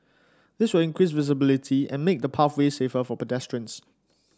this will increase visibility and make the pathway safer for pedestrians